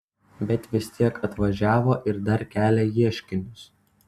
bet vis tiek atvažiavo ir dar kelia ieškinius